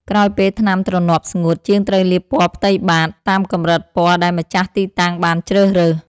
ក្រោយពេលថ្នាំទ្រនាប់ស្ងួត ជាងត្រូវលាបពណ៌ផ្ទៃបាត តាមកម្រិតពណ៌ដែលម្ចាស់ទីតាំងបានជ្រើសរើស។